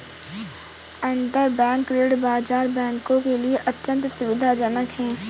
अंतरबैंक ऋण बाजार बैंकों के लिए अत्यंत सुविधाजनक है